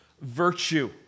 virtue